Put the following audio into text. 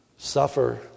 suffer